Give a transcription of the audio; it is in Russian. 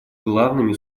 главными